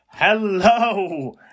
Hello